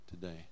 today